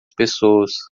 pessoas